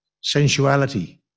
sensuality